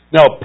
Now